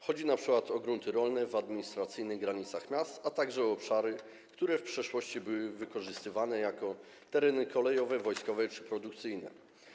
Chodzi np. o grunty rolne w granicach administracyjnych miast, a także o obszary, które w przeszłości były wykorzystywane jako tereny kolejowe, wojskowe czy produkcyjne.